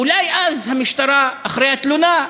אולי אז המשטרה, אחרי התלונה,